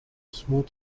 smooth